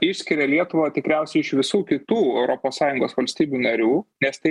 išskiria lietuvą tikriausiai iš visų kitų europos sąjungos valstybių narių nes tai